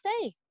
say